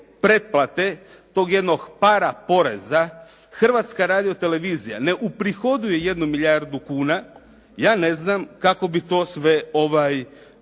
pretplate tog jednog para poreza Hrvatska radio-televizija ne uprihoduje 1 milijardu kuna ja ne znam kako bi to sve